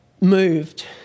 moved